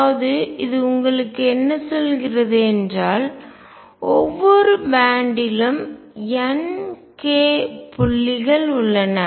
அதாவது இது உங்களுக்கு என்ன சொல்கிறது என்றால் ஒவ்வொரு பேன்ட்டிலும் பட்டை n k புள்ளிகள் உள்ளன